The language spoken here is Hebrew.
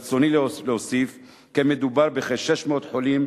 ברצוני להוסיף כי מדובר בכ-600 חולים,